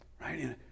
right